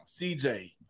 CJ